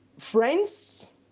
Friends